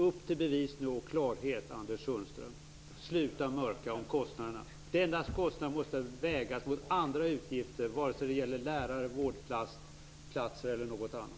Upp till bevis och ge oss klarhet nu, Anders Sundström! Sluta mörka om kostnaderna! Denna kostnad måste vägas mot andra utgifter, vare sig det gäller lärare, vårdplatser eller något annat.